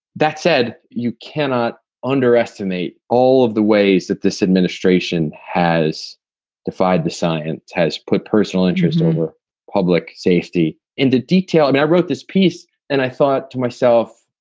that said, you cannot underestimate all of the ways that this administration has defied the science, has put personal interest over public safety in the detail. and i wrote this piece and i thought to myself,